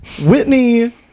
Whitney